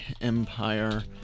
Empire